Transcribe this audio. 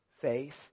faith